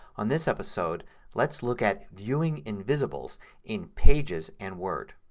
on this episode let's look at viewing invisibles in pages and word.